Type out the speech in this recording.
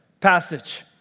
passage